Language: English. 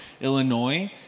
Illinois